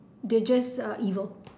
they are just evil